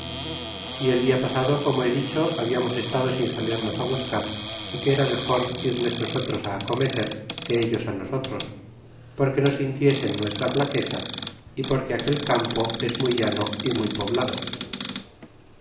y el dia pasado como he dicho hablamos estado sin salidos buscar é que era mejor irles nosotros acometer que ellos nosotros porque no sintiesen nuestra flaqueza y porque aquel campo es muy llano y muy poblado